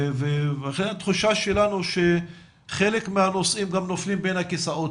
והתחושה שלנו שחלק מהנושאים גם נופלים בין הכסאות.